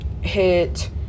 Hit